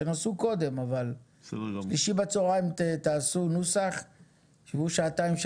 תנסו קודם אבל שלישי בצהריים תעשו נוסח שבו שעתיים,